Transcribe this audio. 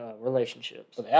relationships